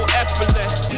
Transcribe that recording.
effortless